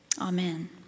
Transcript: Amen